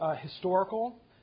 historical